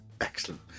Excellent